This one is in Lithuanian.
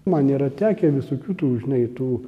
man yra tekę visokių tų žinai tų